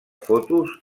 fotos